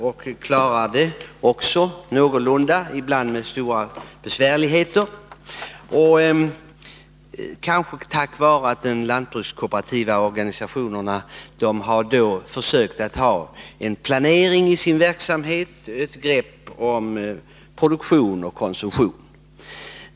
Den klarar dem också någorlunda — även om det ibland är med stora besvärligheter — kanske tack vare att de lantbrukskooperativa organisationerna har försökt ha en planering i sin verksamhet, hålla ett grepp om produktion och konsumtion.